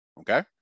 Okay